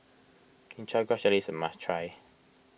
Chin Chow Grass Jelly is a must try